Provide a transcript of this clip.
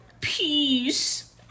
Peace